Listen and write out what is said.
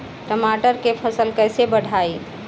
टमाटर के फ़सल कैसे बढ़ाई?